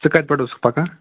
ژٕ کَتہِ پٮ۪ٹھ اوسُکھ پَکان